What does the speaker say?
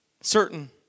certain